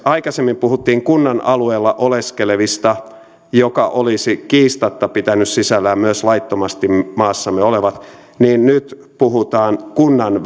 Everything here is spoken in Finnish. aikaisemmin puhuttiin kunnan alueella oleskelevista joka olisi kiistatta pitänyt sisällään myös laittomasti maassamme olevat niin nyt puhutaan kunnan